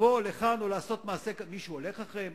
לבוא לכאן ולעשות מעשה, מישהו הולך אחריהן?